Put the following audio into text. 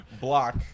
Block